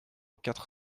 quatre